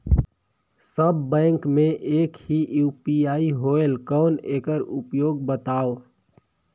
सब bank मे एक ही यू.पी.आई होएल कौन एकर उपयोग बताव?